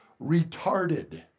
retarded